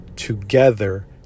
Together